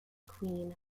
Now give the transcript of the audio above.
queen